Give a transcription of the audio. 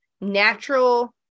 natural